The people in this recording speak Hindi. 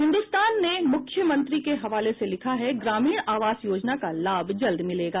हिन्दुस्तान ने मुख्यमंत्री के हवाले से लिखा है ग्रामीण आवास योजना का लाभ जल्द मिलेगा